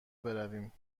برویم